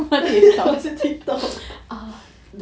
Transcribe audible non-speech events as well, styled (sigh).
(laughs) masih Tiktok